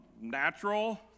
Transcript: natural